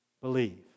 believe